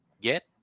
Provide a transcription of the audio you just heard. get